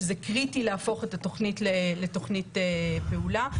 שזה קריטי להפוך את התוכנית לתוכנית פעולה.